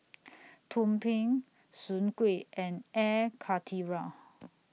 Tumpeng Soon Kuih and Air Karthira